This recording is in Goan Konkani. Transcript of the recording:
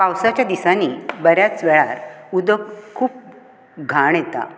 पावसाच्या दिसानीं बऱ्याच वेळार उदक खूब घाण येता